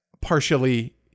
partially